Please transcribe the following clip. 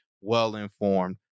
well-informed